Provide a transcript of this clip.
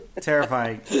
terrifying